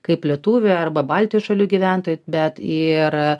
kaip lietuviai arba baltijos šalių gyventojai bet ir